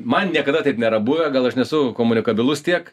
man niekada taip nėra buvę gal aš nesu komunikabilus tiek